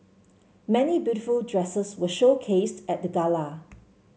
many beautiful dresses were showcased at the gala